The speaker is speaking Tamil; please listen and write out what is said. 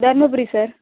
தருமபுரி சார்